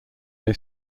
they